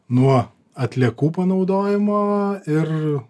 nuo atliekų panaudojimo ir